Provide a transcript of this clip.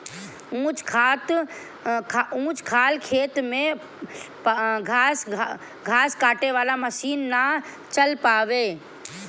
ऊंच खाल खेत में घास काटे वाला मशीन ना चल पाई